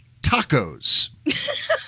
tacos